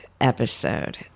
episode